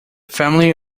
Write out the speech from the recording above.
family